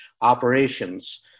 operations